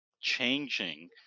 changing